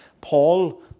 Paul